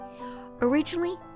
Originally